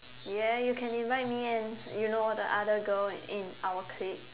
ya you can invite me and you know the other girl in our clique